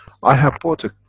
i have bought a.